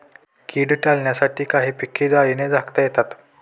कीड टाळण्यासाठी काही पिके जाळीने झाकता येतात